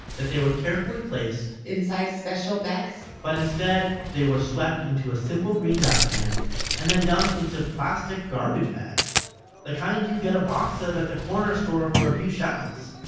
that they were carefully placed, inside special bags but instead, they were swept into a simple green dustpan and then dumped into plastic garbage bags the kind you get a box of at the corner store for a few shekels